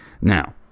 Now